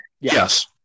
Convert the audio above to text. Yes